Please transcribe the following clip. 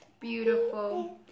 beautiful